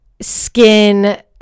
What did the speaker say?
skin